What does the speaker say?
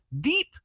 Deep